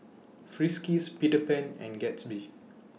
Friskies Peter Pan and Gatsby